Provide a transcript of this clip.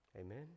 Amen